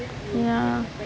ya